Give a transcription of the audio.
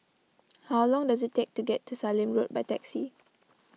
how long does it take to get to Sallim Road by taxi